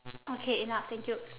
okay enough thank you